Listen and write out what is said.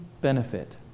benefit